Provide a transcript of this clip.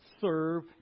serve